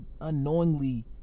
unknowingly